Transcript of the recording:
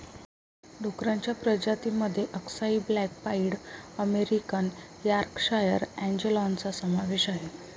डुक्करांच्या प्रजातीं मध्ये अक्साई ब्लॅक पाईड अमेरिकन यॉर्कशायर अँजेलॉनचा समावेश आहे